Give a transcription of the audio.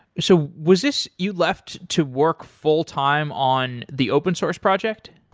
so was this you left to work full-time on the open-source project?